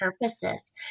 purposes